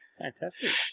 Fantastic